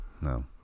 No